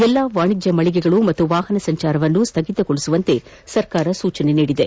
ಎಲ್ಲಾ ವಾಣಿಜ್ಯ ಮಳಿಗೆಗಳು ಹಾಗೂ ವಾಹನ ಸಂಚಾರವನ್ನು ಸ್ಥಗಿತಗೊಳಿಸುವಂತೆ ಸರ್ಕಾರ ಸೂಚಿಸಿದೆ